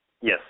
Yes